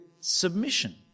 submission